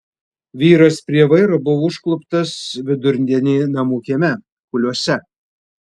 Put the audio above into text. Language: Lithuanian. vyras prie vairo buvo užkluptas vidurdienį namų kieme kuliuose